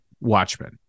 watchmen